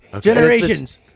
Generations